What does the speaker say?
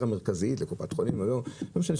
ואני כאן פונה לאוצר ולמשרד התחבורה,